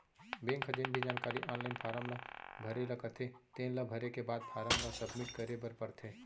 bank ह जेन भी जानकारी आनलाइन फारम ल भरे ल कथे तेन ल भरे के बाद फारम ल सबमिट करे बर परथे